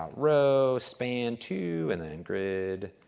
row span two and then grid.